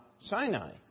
Sinai